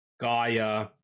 gaia